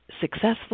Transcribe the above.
successful